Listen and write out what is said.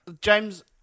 James